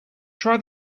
try